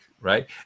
right